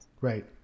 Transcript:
Right